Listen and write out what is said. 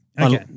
Okay